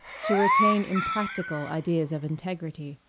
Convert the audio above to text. to retain impractical ideas of integrity.